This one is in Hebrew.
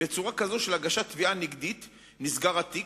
בצורה כזאת של הגשת תביעה נגדית נסגר התיק,